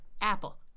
Apple